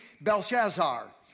Belshazzar